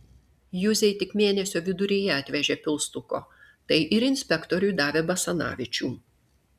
juzei tik mėnesio viduryje atvežė pilstuko tai ir inspektoriui davė basanavičių